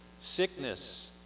sickness